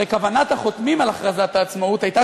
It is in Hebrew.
הרי כוונת החותמים על הכרזת העצמאות הייתה